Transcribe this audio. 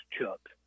Chuck